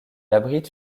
abrite